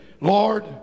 Lord